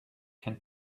can